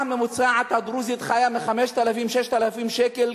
הדרוזית הממוצעת חיה מ-5,000 6,000 שקל,